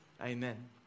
Amen